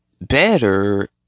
better